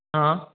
हाँ